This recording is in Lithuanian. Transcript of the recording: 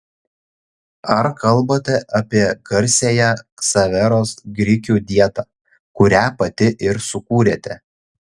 ar kalbate apie garsiąją ksaveros grikių dietą kurią pati ir sukūrėte